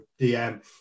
DM